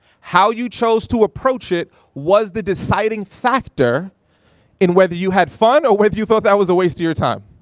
how you chose to approach it was the deciding factor in whether you had fun or whether you thought that was a waste of your time.